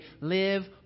live